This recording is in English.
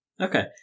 Okay